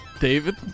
David